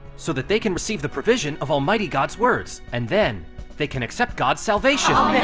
so that they can receive the provision of almighty god's words, and then they can accept god's salvation!